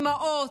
אימהות,